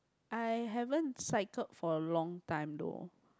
I haven't cycled for a long time though